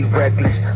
reckless